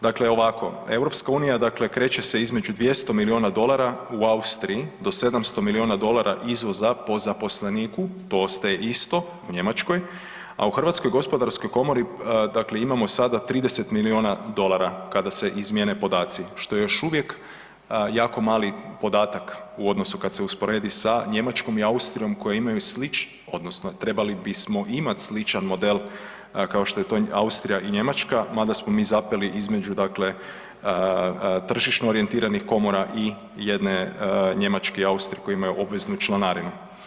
Dakle ovako, EU kreće se između 200 milijuna dolara u Austriji do 700 milijuna dolara izvoza po zaposleniku, to ostaje isto u Njemačkoj, a u HGK imamo sada 30 milijuna dolara kada se izmijene podaci, što je još uvijek jako mali podatak u odnosu kad se usporedi sa Njemačkom i Austrijom koje imaju odnosno trebali bismo imati sličan model kao što je to Austrija i Njemačka, mada smo mi zapeli između tržišno orijentiranih komora i jedne Njemačke i Austrije koje imaju obveznu članarinu.